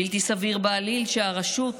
בלתי סביר בעליל שהרשות